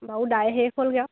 বাৰু দাই শেষ হ'লগে আৰু